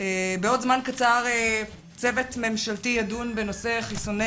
בעוד זמן קצר צוות ממשלתי ידון בנושא חיסוני